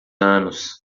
anos